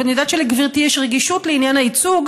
אני יודעת שלגברתי יש רגישות לעניין הייצוג,